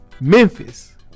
Memphis